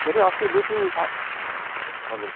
फेरि अस्ति दुई तिन दिन साग हजुर